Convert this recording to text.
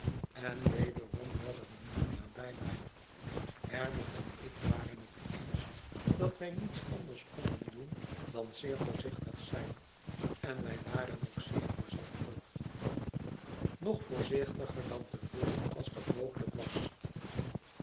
en wederom was er niemand nabij mij herbert en ik waren het eens dat wij niets anders konden doen dan zeer voorzichtig zijn en wij waren ook zeer voorzichtig nog voorzichtiger dan te voren als dat mogelijk was